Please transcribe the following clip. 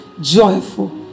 joyful